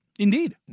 Indeed